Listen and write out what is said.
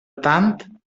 tant